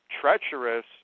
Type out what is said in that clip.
treacherous